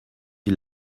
die